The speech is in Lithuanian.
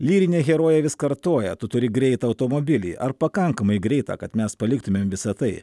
lyrinė herojė vis kartoja tu turi greitą automobilį ar pakankamai greitą kad mes paliktumėm visą tai